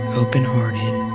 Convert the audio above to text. open-hearted